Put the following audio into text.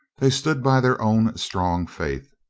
they stood by their own strong faith.